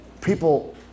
people